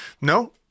No